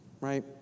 right